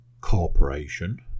corporation